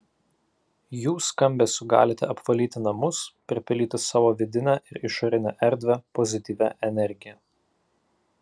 jų skambesiu galite apvalyti namus pripildyti savo vidinę ir išorinę erdvę pozityvia energija